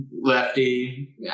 lefty